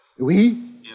Oui